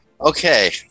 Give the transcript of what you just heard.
Okay